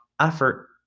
effort